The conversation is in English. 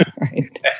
right